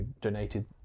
donated